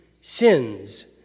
sins